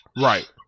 Right